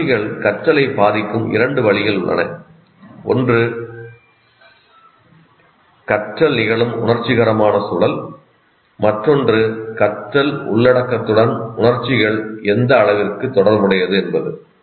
உணர்ச்சிகள் கற்றலை பாதிக்கும் இரண்டு வழிகள் உள்ளன ஒன்று கற்றல் நிகழும் உணர்ச்சிகரமான சூழல் மற்றொன்று கற்றல் உள்ளடக்கத்துடன் உணர்ச்சிகள் எந்த அளவிற்கு தொடர்புடையது என்பது